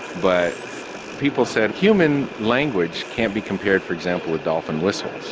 but people said human language can't be compared, for example, with dolphin whistles.